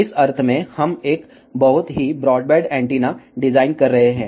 इस अर्थ में हम एक बहुत ही ब्रॉडबैंड एंटीना डिजाइन कर रहे हैं